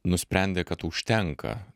nusprendė kad užtenka